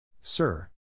Sir